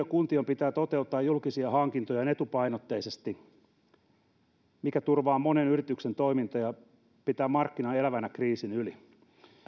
kuntien pitää toteuttaa julkisia hankintojaan etupainotteisesti mikä turvaa monen yrityksen toimintaa ja pitää markkinan elävänä kriisin yli